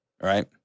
right